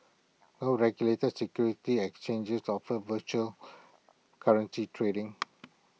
no regulated securities exchanges offer virtual currency trading